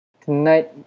Tonight